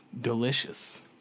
Delicious